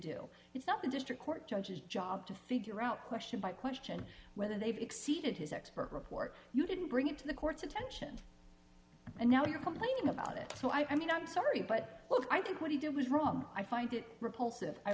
do it's not the district court judge's job to figure out question by question whether they've exceeded his expert report you didn't bring it to the court's attention and now you're complaining about it so i mean i'm sorry but i think what he did was wrong i find it repulsive i